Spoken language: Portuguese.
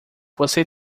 você